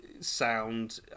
sound